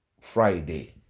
Friday